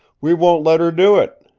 we won't let her do it!